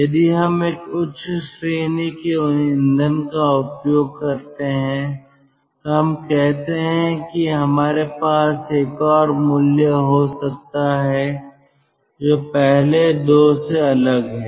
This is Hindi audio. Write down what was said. यदि हम एक उच्च श्रेणी के ईंधन का उपयोग करते हैं तो हम कहते हैं कि हमारे पास एक और मूल्य हो सकता है जो पहले दो से अलग है